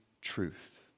truth